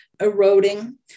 eroding